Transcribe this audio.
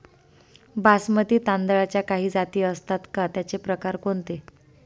बासमती तांदळाच्या काही जाती असतात का, त्याचे प्रकार कोणते?